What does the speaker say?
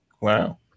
Wow